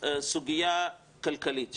סוגיה כלכלית,